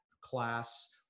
class